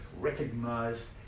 recognized